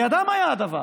בידם היה הדבר.